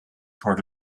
part